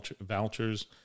vouchers